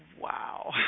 Wow